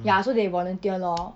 ya so they volunteer lor